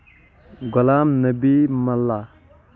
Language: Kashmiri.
غلام نبی ملہ